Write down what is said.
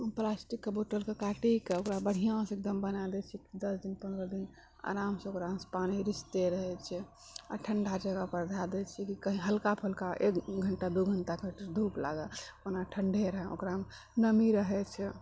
प्लास्टिकके बोतलके काटिकऽ ओकरा बढ़िआँसँ एकदम बनाय दै छियै दस दिन पन्द्रह दिन आरामसँ ओकरामेसँ पानी रिसते रहै छै आओर ठण्डा जगहपर धए दै छियै कि कही हल्का फुल्का एक घण्टा दू घण्टा कऽ धूप लागै ओना ठण्डे रहऽ ओकरामे नमी रहै छै